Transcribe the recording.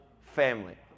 family